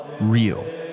real